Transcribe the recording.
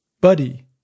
buddy